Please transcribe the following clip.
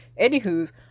anywho's